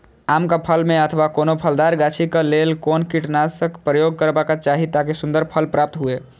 आम क फल में अथवा कोनो फलदार गाछि क लेल कोन कीटनाशक प्रयोग करबाक चाही ताकि सुन्दर फल प्राप्त हुऐ?